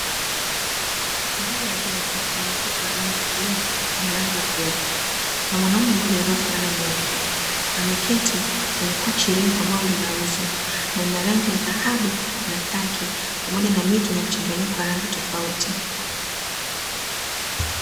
Mbele ya jengo lenye ukuta wa rangi ya bluu na milango ya vioo, kuna mwanaume mmoja aliyevaa fulana nyeupe ameketi kwenye kochi refu ambalo linauzwa, na lina rangi ya dhahabu na kaki pamoja na mito yenye mchanganyiko wa rangi tofauti.